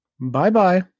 Bye-bye